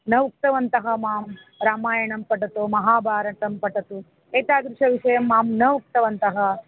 न उक्तवन्तः मां रामायणं पठतु महाभारतं पठतु एतादृशविषयं मां न उक्तवन्तः